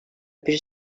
bir